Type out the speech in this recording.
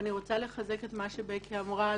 ואני רוצה לחזק את מה שבקי אמרה,